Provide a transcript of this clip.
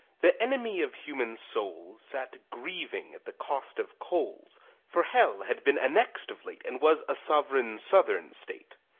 the enemy of human souls sat grieving at the cost of coals for hell had been annexed of late, and was a sovereign southern state.